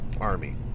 army